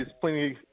plenty